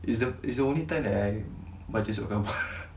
it's the it's the only time that I baca surat khabar